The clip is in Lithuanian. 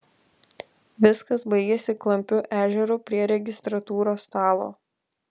viskas baigėsi klampiu ežeru prie registratūros stalo